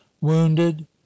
wounded